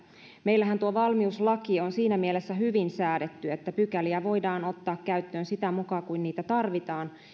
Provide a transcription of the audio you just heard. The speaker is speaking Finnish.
meillähän tuo valmiuslaki on siinä mielessä hyvin säädetty että pykäliä voidaan ottaa käyttöön sitä mukaa kuin niitä tarvitaan